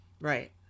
right